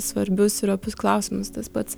svarbius ir opius klausimus tas pats